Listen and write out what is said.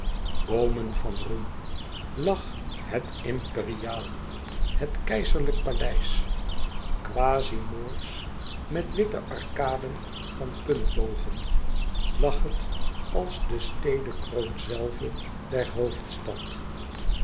boomen van roem lag het imperiaal het keizerlijk paleis quasi moorsch met witte arcaden van puntbogen lag het als de stedekroon zelve der hoofdstad